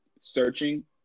searching